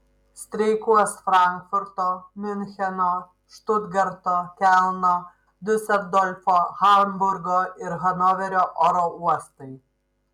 streikuos frankfurto miuncheno štutgarto kelno diuseldorfo hamburgo ir hanoverio oro uostai